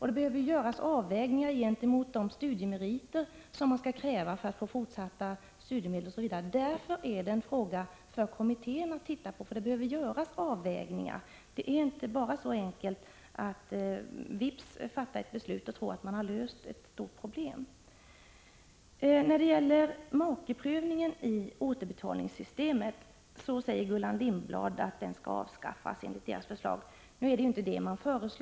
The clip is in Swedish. Det behövs avvägningar med tanke på de studiemeriter som krävs för fortsatt utbetalning av studiemedel osv. Kommittén måste alltså se på denna fråga. Man måste, som sagt, göra avvägningar. Bara för att man vips fattat ett beslut skall man inte tro att ett stort problem därmed är löst — så enkelt är det inte. Gullan Lindblad säger att moderaterna föreslår att makeprövningen i Prot. 1985/86:130 fråga om återbetalningssystemet skall avskaffas.